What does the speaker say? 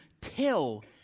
tell